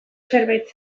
zerbait